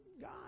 God